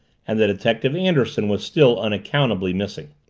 and the detective, anderson, was still unaccountably missing.